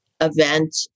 event